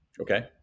okay